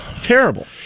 terrible